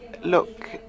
look